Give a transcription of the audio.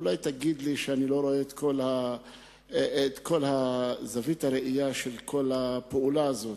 אולי תגיד לי שאני לא רואה את כל זווית הראייה של הפעולה הזאת,